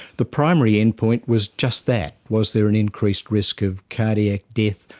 the primary endpoint was just that was there an increased risk of cardiac death,